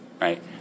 right